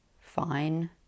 fine